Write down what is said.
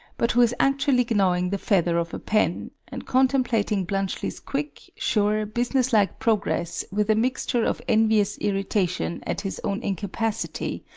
but who is actually gnawing the feather of a pen, and contemplating bluntschli's quick, sure, businesslike progress with a mixture of envious irritation at his own incapacity,